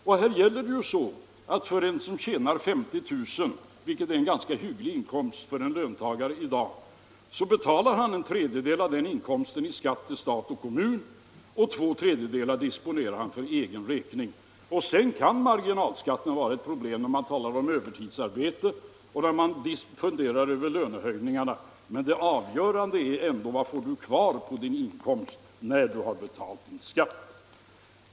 Det är ändå så att den som tjänar 50 000 kr., vilket i dag är en ganska hygglig inkomst för en löntagare, betalar en tredjedel härav till stat och kommun i skatt och disponerar två tredjedelar för egen räkning. Marginalskatten kan vara ett problem när det gäller övertidsarbete och för den som funderar över lönehöjningarna. Men det avgörande är ändå vad man får kvar av sin inkomst efter skatt.